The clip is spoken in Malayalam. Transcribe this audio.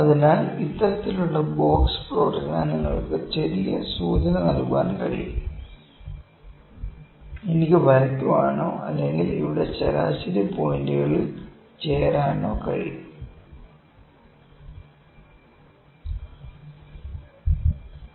അതിനാൽ ഇത്തരത്തിലുള്ള ബോക്സ് പ്ലോട്ടിന് നിങ്ങൾക്ക് ചെറിയ സൂചന നൽകാൻ കഴിയും എനിക്ക് വരയ്ക്കാനോ അല്ലെങ്കിൽ ഇവിടെ ശരാശരി പോയിന്റുകളിൽ ചേരാനോ കഴിയും